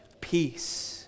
peace